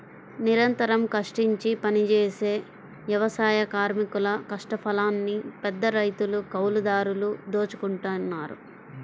నిరంతరం కష్టించి పనిజేసే వ్యవసాయ కార్మికుల కష్టఫలాన్ని పెద్దరైతులు, కౌలుదారులు దోచుకుంటన్నారు